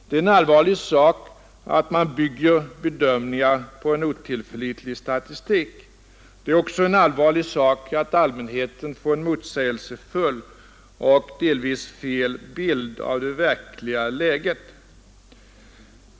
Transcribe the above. Det är en allvarlig sak att man bygger bedömningar på en otillförlitlig statistik. Det är också en allvarlig sak att allmänheten får en motsägelsefull och delvis felaktig bild av det verkliga läget.